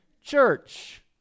church